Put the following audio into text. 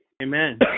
Amen